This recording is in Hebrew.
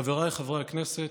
חבריי חברי הכנסת,